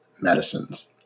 medicines